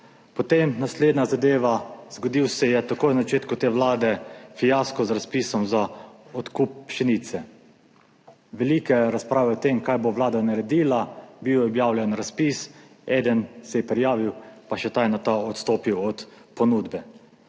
Potem naslednja zadeva, zgodil se je takoj na začetku te Vlade fiasko z razpisom za odkup pšenice. Velike razprave o tem, kaj bo Vlada naredila, bil je objavljen razpis, eden se je prijavil, pa še ta je nato odstopil od ponudbe.